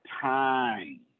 time